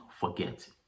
forget